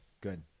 good